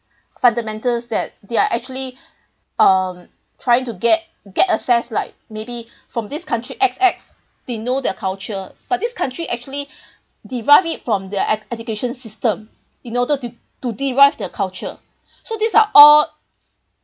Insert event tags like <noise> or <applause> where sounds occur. fundamentals that they're actually um trying to get get access like maybe from this country X X they know their culture but this country actually <breath> derive it from their ed~ education system in order to to derive their culture <breath> so these are all